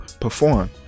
perform